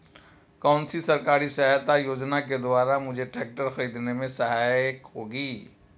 कौनसी सरकारी सहायता योजना के द्वारा मुझे ट्रैक्टर खरीदने में सहायक होगी?